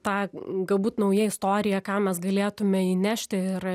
ta galbūt nauja istorija ką mes galėtume įnešti ir